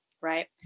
right